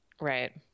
right